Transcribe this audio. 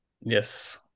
Yes